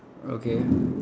okay